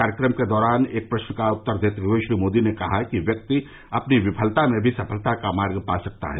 कार्यक्रम के दौरान एक प्रश्न का उत्तर देते हुए श्री मोदी ने कहा कि व्यक्ति अपनी विफलता में भी सफलता का मार्ग पा सकता है